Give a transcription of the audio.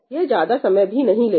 यह ज्यादा समय भी नहीं लेता